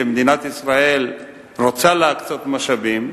ומדינת ישראל רוצה להקצות משאבים,